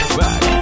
back